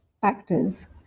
factors